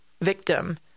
victim